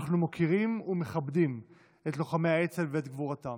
אנחנו מוקירים ומכבדים את לוחמי האצ"ל ואת גבורתם.